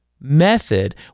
method